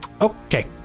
Okay